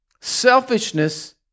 Selfishness